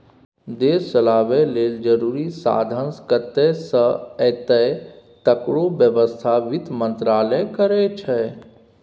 देश चलाबय लेल जरुरी साधंश कतय सँ एतय तकरो बेबस्था बित्त मंत्रालय करै छै